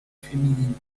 féminine